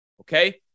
Okay